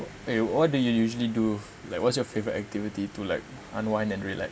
eh what do you usually do like what's your favorite activity to like unwind and relax